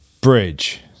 bridge